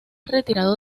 retirado